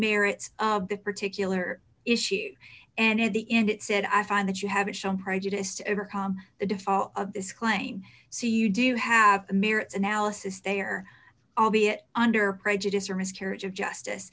merits of that particular issue and at the end it said i find that you have shown prejudiced overcome the default of this claim so you do have merits analysis they are albeit under prejudice or miscarriage of justice